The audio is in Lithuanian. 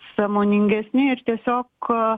sąmoningesni ir tiesiog